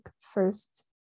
first